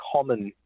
common